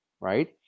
Right